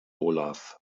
olaf